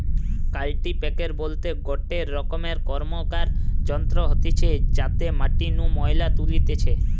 কাল্টিপ্যাকের বলতে গটে রকম র্কমকার যন্ত্র হতিছে যাতে মাটি নু ময়লা তুলতিছে